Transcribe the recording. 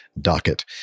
docket